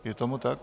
Je tomu tak?